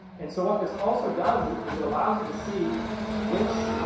and so what this also does is it allows you to see which.